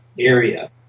area